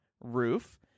roof